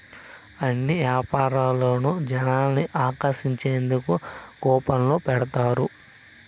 అన్ని యాపారాల్లోనూ జనాల్ని ఆకర్షించేందుకు కూపన్లు పెడతారు